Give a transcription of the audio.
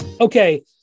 Okay